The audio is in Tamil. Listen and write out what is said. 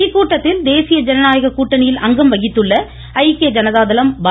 இக்கூட்டத்தில் தேசிய ஜனநாயக கூட்டணியில் அங்கம் வகித்துள்ள ஐக்கிய ஜனதாதளம் பா